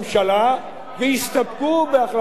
והסתפקו בהחלטת שר הביטחון.